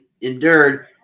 endured